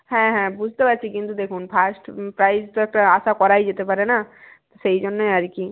হ্যাঁ হ্যাঁ বুঝতে পারছি কিন্তু দেখুন ফার্স্ট প্রাইজ তো একটা আশা করাই যেতে পারে না তা সেই জন্যই আর কি